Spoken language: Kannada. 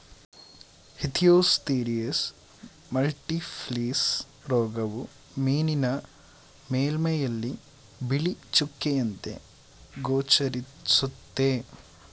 ಇಚ್ಥಿಯೋಫ್ಥಿರಿಯಸ್ ಮಲ್ಟಿಫಿಲಿಸ್ ರೋಗವು ಮೀನಿನ ಮೇಲ್ಮೈಯಲ್ಲಿ ಬಿಳಿ ಚುಕ್ಕೆಯಂತೆ ಗೋಚರಿಸುತ್ತೆ